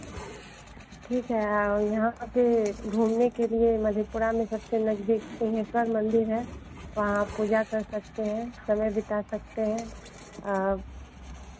ठीक है यहाँ पर घूमने के लिए मधेपुरा में सबसे नजदीक सिंहेश्वर मंदिर है वहाँ पूजा कर सकते हैं समय बिता सकते हैं आ